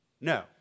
No